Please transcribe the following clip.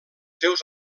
seus